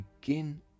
begin